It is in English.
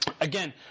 Again